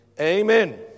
Amen